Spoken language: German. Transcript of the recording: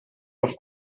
auf